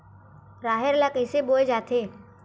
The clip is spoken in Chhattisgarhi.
राहेर ल कइसे बोय जाथे?